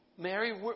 Mary